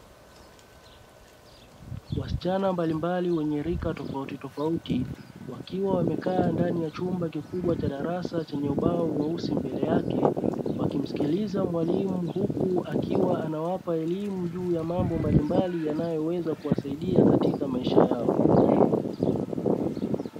Wasichana mbalimbali wenye rika tofautitofauti wakiwa wamekaa ndani ya chumba kikubwa cha darasa chenye ubao mweusi mbele yake wakimsikiliza mwalimu, huku akiwa anawapa elimu juu ya mambo mbalimbali yanayoweza kuwasaidia katika maisha yao.